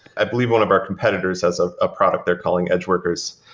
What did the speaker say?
i believe one of our competitors has a ah product they're calling edge workers.